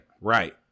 Right